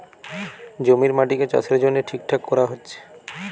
জমির মাটিকে চাষের জন্যে ঠিকঠাক কোরা হচ্ছে